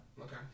okay